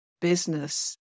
business